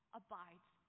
abides